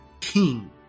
King